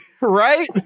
right